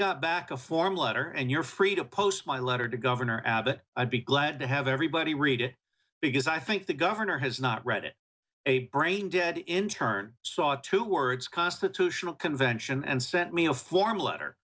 got back a form letter and you're free to post my letter to governor abbott i'd be glad to have everybody read it because i think the governor has not read it a brain dead in turn saw two words constitutional convention and sent me a form letter